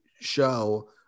show